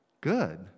good